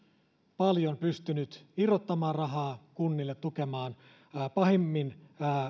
paljon pystynyt irrottamaan rahaa kunnille tukemaan pahimmin